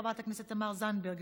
חברת הכנסת תמר זנדברג,